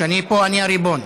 כשאני פה, אני הריבון.